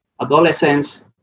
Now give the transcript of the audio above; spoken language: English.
adolescents